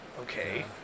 Okay